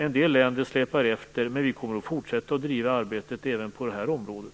En del länder släpar efter, men vi kommer att fortsätta att driva arbetet även på det här området.